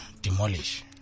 Demolish